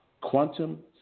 quantum